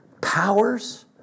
powers